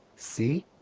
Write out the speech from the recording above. see?